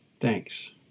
thanks